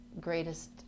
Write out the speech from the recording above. greatest